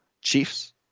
Chiefs